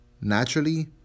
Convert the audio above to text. naturally